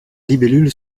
libellule